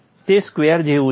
તે સ્ક્વેર જેવું છે